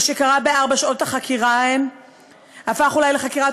מה שקרה בארבע שעות ההן הפך אולי לאחת מחקירות